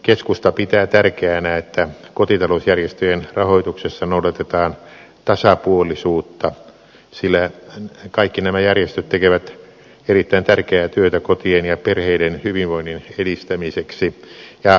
keskusta pitää tärkeänä että kotitalousjärjestöjen rahoituksessa noudatetaan tasapuolisuutta sillä kaikki nämä järjestöt tekevät erittäin tärkeää työtä kotien ja perheiden hyvinvoinnin edistämiseksi